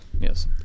Yes